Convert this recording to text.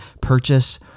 purchase